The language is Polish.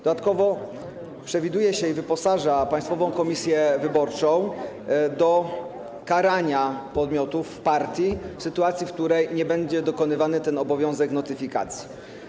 Dodatkowo przewiduje się, wyposaża Państwową Komisją Wyborczą w narzędzia do karania podmiotów w partii w sytuacji, w której nie będzie dokonywany ten obowiązek notyfikacji.